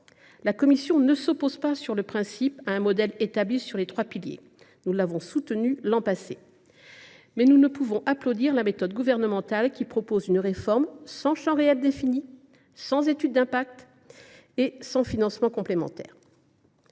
La commission ne s’oppose pas au principe d’un modèle établi sur trois piliers – nous l’avons soutenu l’an passé –, mais nous ne pouvons pas approuver la méthode gouvernementale qui consiste à proposer une réforme sans champ réellement défini, sans étude d’impact et sans financement complémentaire.